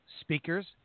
speakers